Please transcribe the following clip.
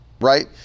right